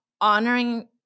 honoring